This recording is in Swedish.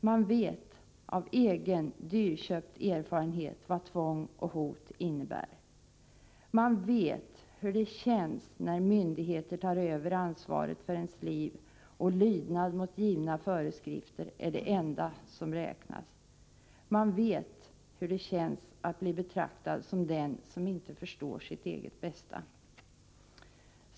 Man vet av egen dyrköpt erfarenhet vad tvång och hot innebär. Man vet hur det känns när myndigheter tar över ansvaret för ens liv, då lydnad mot givna föreskrifter är det enda som räknas. Man vet hur det känns att bli betraktad som den som inte förstår sitt eget bästa.